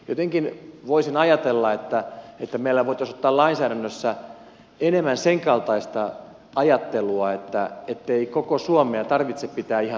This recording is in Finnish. jotenkin voisin ajatella että meillä voitaisiin ottaa lainsäädännössä enemmän senkaltaista ajattelua ettei koko suomea tarvitse pitää ihan samanlaisena